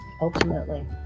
ultimately